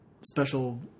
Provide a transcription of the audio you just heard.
special